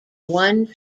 one